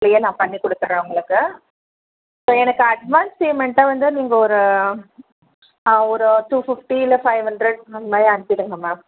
இதுலேயே நான் பண்ணி கொடுத்துர்றேன் உங்களுக்கு ஸோ எனக்கு அட்வான்ஸ் பேமெண்ட்டாக வந்து நீங்க ஒரு ஒரு டூ ஃபிப்ட்டி இல்லை ஃபைவ் ஹண்ட்ரட் மேம் அந்தமாதிரி அனுப்பிவிடுங்க மேம்